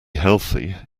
healthy